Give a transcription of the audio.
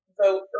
vote